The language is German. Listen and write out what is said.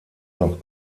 noch